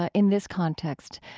ah in this context,